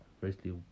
firstly